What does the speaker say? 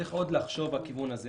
צריך לחשוב בכיוון הזה,